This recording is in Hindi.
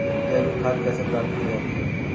जैविक खाद कैसे प्राप्त की जाती है?